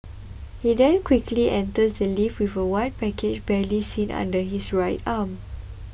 he then quickly enters the lift with a white package barely seen tucked under his right arm